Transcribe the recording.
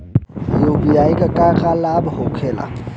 UPI क का का लाभ हव?